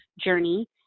journey